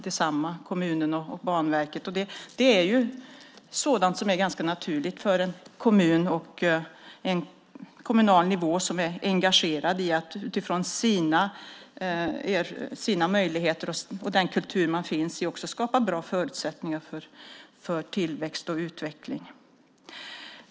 Det är sådant som är ganska naturligt för en kommun, att man på kommunal nivå är engagerad i att utifrån sina möjligheter och den kultur där man finns också skapa bra förutsättningar för tillväxt och utveckling.